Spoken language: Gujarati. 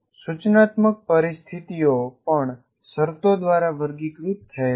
સૂચનાત્મક પરિસ્થિતિઓ પણ શરતો દ્વારા વર્ગીકૃત થયેલ છે